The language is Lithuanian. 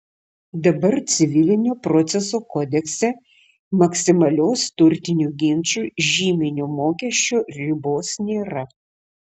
dabar civilinio proceso kodekse maksimalios turtinių ginčų žyminio mokesčio ribos nėra